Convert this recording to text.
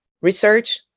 research